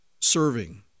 serving